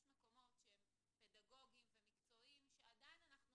יש מקומות שהם פדגוגיים ומקצועיים שעדיין אנחנו